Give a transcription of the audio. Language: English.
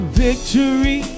victory